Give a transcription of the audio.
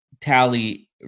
tally